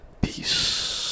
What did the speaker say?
Peace